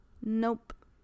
nope